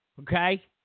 Okay